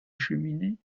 cheminées